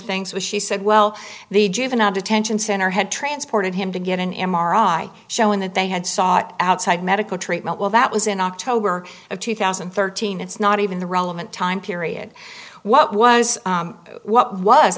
things was she said well the juvenile detention center had transported him to get an m r i showing that they had sought outside medical treatment well that was in october of two thousand and thirteen it's not even the relevant time period what was what was